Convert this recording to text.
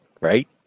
right